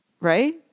right